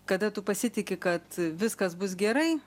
kada tu pasitiki kad viskas bus gerai